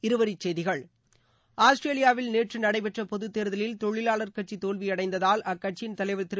இருவரிச் செய்திகள் ஆஸ்திரேலியாவில் நேற்று நடைபெற்ற பொதுத் தேர்தலில் தொழிலாளர் கட்சி தோல்வி அடைந்ததால் அக்கட்சியின் தலைவர் திரு